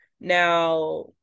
now